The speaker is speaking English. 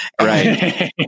right